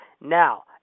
Now